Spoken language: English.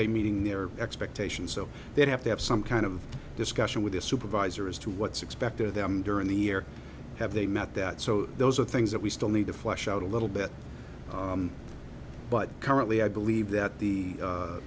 they meeting their expectations so they'd have to have some kind of discussion with their supervisor as to what's expected of them during the year have they met that so those are things that we still need to fly shout a little bit but currently i believe that the